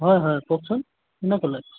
হয় হয় কওকচোন কোনে ক'লে